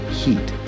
heat